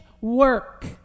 work